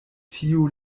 tiu